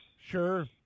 Sure